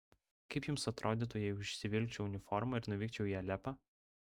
kaip jums atrodytų jei užsivilkčiau uniformą ir nuvykčiau į alepą